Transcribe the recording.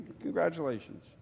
Congratulations